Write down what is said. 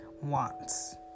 wants